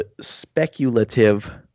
speculative